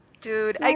Dude